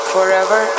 Forever